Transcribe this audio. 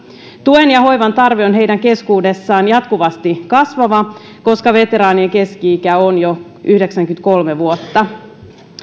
tuen ja hoivan tarve on heidän keskuudessaan jatkuvasti kasvava koska veteraanien keski ikä on jo yhdeksänkymmentäkolme vuotta